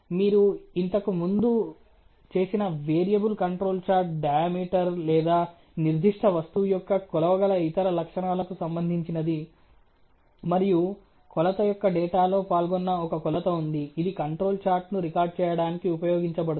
మీరు ఇంతకు ముందు చేసిన వేరియబుల్ కంట్రోల్ చార్ట్ డయామీటర్ లేదా నిర్దిష్ట వస్తువు యొక్క కొలవగల ఇతర లక్షణాలకు సంబంధించినది మరియు కొలత యొక్క డేటాలో పాల్గొన్న ఒక కొలత ఉంది ఇది కంట్రోల్ చార్ట్ను రికార్డ్ చేయడానికి ఉపయోగించబడుతుంది